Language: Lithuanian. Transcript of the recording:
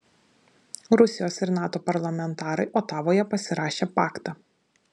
rusijos ir nato parlamentarai otavoje pasirašė paktą